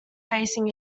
facing